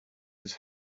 his